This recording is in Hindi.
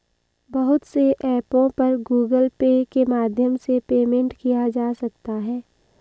बहुत से ऐपों पर गूगल पे के माध्यम से पेमेंट किया जा सकता है